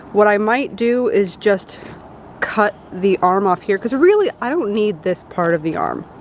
what i might do is just cut the arm off here. cause really, i don't need this part of the arm.